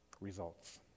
results